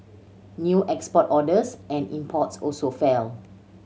new export orders and imports also fell